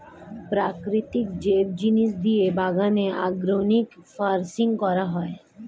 প্রাকৃতিক জৈব জিনিস দিয়ে বাগানে অর্গানিক ফার্মিং করা হয়